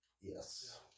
Yes